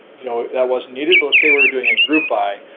you know that wasn't needed, but let's say we're doing a group by,